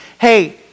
hey